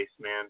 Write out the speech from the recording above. man